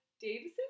Davison